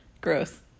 Gross